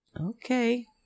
Okay